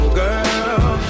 girl